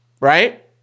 right